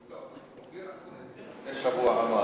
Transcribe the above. אופיר אקוניס לפני שבוע אמר